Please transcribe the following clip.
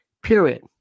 Period